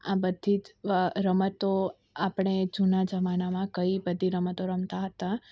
આ બધી જ રમતો આપણે જુના જમાનામાં કઈ બધી રમતો રમતા હતા